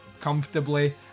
comfortably